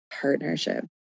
partnership